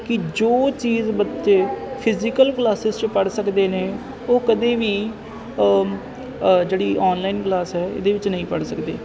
ਕਿ ਜੋ ਚੀਜ਼ ਬੱਚੇ ਫਿਜੀਕਲ ਕਲਾਸਿਸ 'ਚੋਂ ਪੜ੍ਹ ਸਕਦੇ ਨੇ ਉਹ ਕਦੇ ਵੀ ਜਿਹੜੀ ਆਨਲਾਈਨ ਕਲਾਸ ਹੈ ਇਹਦੇ ਵਿੱਚ ਨਹੀਂ ਪੜ੍ਹ ਸਕਦੇ